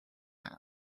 hand